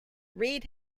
reid